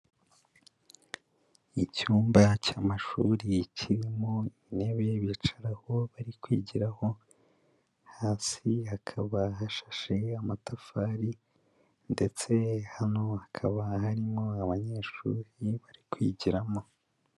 Icyumba cy'amashuri kirimo intebe bicaraho bari kwigiraho, hasi hakaba hashashe amatafari ndetse hano hakaba harimo abanyeshuri bari kwigiramo.